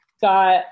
got